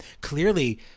clearly